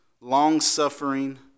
long-suffering